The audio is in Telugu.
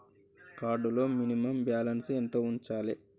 కార్డ్ లో మినిమమ్ బ్యాలెన్స్ ఎంత ఉంచాలే?